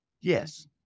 Yes